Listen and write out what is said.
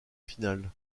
finale